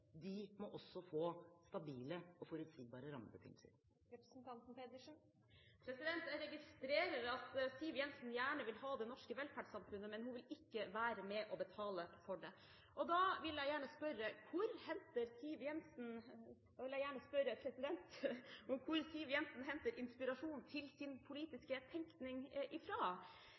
De må også få stabile og forutsigbare rammebetingelser. Jeg registrerer at Siv Jensen gjerne vil ha det norske velferdssamfunnet, men hun vil ikke være med å betale for det. Da vil jeg gjerne spørre: Hvor henter Siv Jensen inspirasjon til sin politiske tenkning?